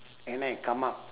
and I come up